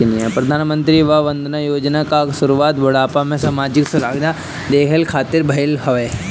प्रधानमंत्री वय वंदना योजना कअ शुरुआत बुढ़ापा में सामाजिक सुरक्षा देहला खातिर भईल हवे